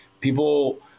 People